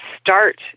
start